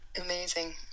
amazing